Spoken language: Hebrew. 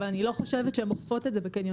אבל אני לא חושבת שהן אוכפות את זה בקניונים.